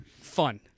fun